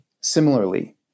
similarly